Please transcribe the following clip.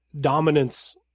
dominance